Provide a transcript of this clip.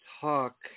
talk